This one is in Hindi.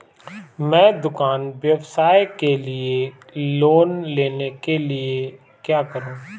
मैं दुकान व्यवसाय के लिए लोंन लेने के लिए क्या करूं?